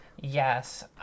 Yes